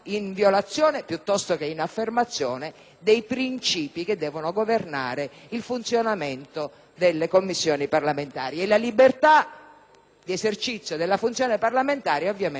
dei principi che devono governare il funzionamento delle Commissioni parlamentari: la libertà di esercizio della funzione parlamentare e, ovviamente, l'autonomia del Parlamento medesimo dai partiti.